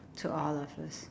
to all of us